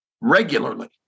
Regularly